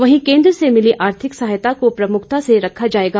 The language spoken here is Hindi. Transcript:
वहीं केंद्र से मिली आर्थिक सहायता को प्रमुखता से रखा जाएगा